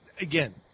again